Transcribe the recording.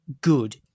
good